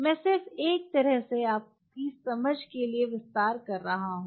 मैं सिर्फ एक तरह से आपकी समझ के लिए विस्तार कर रहा हूँ